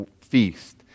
feast